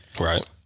Right